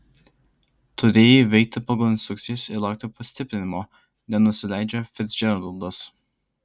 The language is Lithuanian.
turėjai veikti pagal instrukcijas ir laukti pastiprinimo nenusileidžia ficdžeraldas